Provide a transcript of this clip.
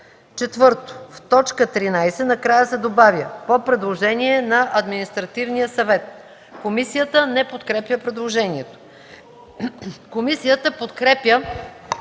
съвет”. 4. В т. 13 накрая се добавя „по предложение на Административния съвет”.” Комисията не подкрепя предложението. Комисията подкрепя